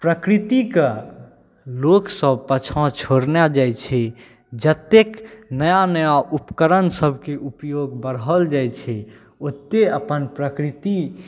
प्रकृतिके लोकसब पाछाँ छोड़ने जाइ छै जतेक नया नया उपकरण सबके उपयोग बढ़ल जाइ छै ओतेक अपन प्रकृति